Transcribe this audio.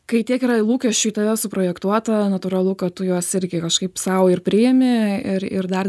kai tiek yra lūkesčių į tave suprojektuota natūralu kad tu juos irgi kažkaip sau ir priemi ir ir dar